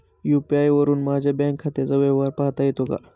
UPI वरुन माझ्या bank खात्याचा व्यवहार पाहता येतो का?